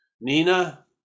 Nina